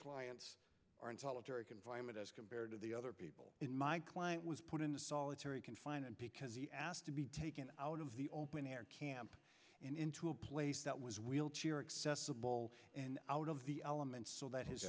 clients are in solitary confinement as compared to the other people in my client was put into solitary confinement to be taken out of the open air camp and into a place that was wheelchair accessible and out of the elements so that his